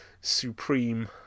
supreme